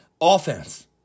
offense